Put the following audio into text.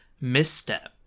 misstep